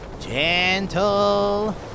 Gentle